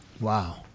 Wow